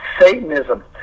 Satanism